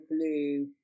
blue